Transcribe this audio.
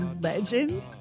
legend